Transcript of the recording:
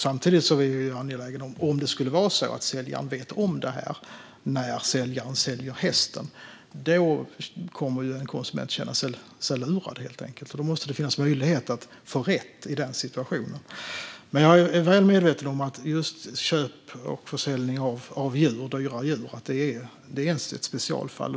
Samtidigt - om det skulle vara så att säljaren vet om detta när hästen säljs kommer en konsument att känna sig lurad, helt enkelt. Det måste finnas möjlighet att få rätt i den situationen. Jag är väl medveten om att köp och försäljning av dyra djur är ett specialfall.